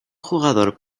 jugador